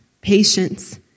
patience